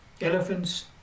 elephants